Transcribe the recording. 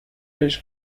بهش